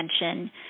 attention